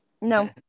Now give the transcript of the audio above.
No